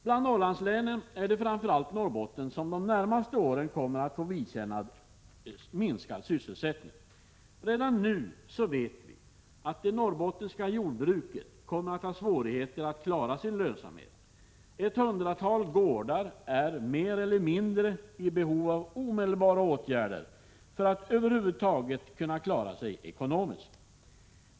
Bland Norrlandslänen är det framför allt Norrbotten som under de närmaste åren kommer att få vidkännas minskad sysselsättning. Redan nu vet vi att det norrbottniska jordbruket kommer att ha svårigheter att klara sin lönsamhet. Ett hundratal gårdar är mer eller mindre i behov av omedelbara åtgärder för att över huvud taget kunna klara sig ekonomiskt.